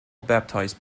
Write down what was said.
baptized